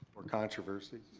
or controversies.